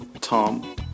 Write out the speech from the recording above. Tom